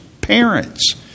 parents